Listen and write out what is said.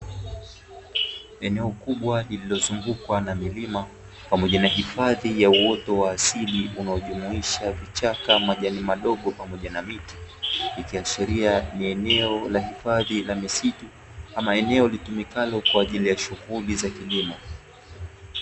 Eneo kubwa lililozungukwa na milima, pamoja na hifadhi ya uoto wa asili unaojumuisha vichaka, majani madogo pamoja na miti. Ikiashiria ni eneo la hifadhi la misitu, ama eneo litumikalo kwa ajili y a shughuli za kilimo.